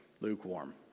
lukewarm